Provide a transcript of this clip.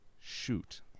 shoot